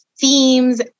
themes